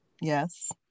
yes